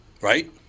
Right